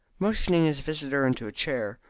motioning his visitor into a chair,